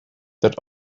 that